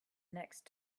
next